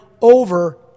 over